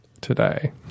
today